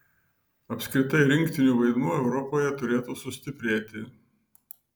apskritai rinktinių vaidmuo europoje turėtų sustiprėti